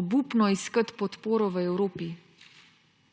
obupno iskati podporo v Evropi,